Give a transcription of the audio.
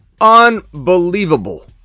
unbelievable